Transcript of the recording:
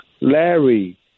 Larry